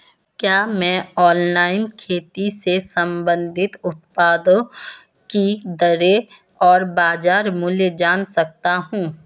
क्या मैं ऑनलाइन खेती से संबंधित उत्पादों की दरें और बाज़ार मूल्य जान सकता हूँ?